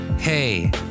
Hey